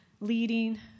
leading